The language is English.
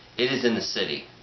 it is in the city.